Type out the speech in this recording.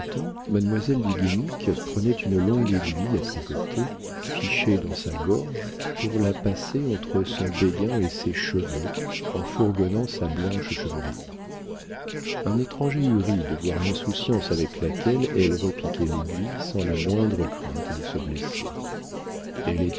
mademoiselle du guénic prenait une longue aiguille à tricoter fichée dans sa gorge pour la passer entre son béguin et ses cheveux en fourgonnant sa blanche chevelure un étranger eût ri de voir l'insouciance avec laquelle elle repiquait l'aiguille sans la moindre crainte de se blesser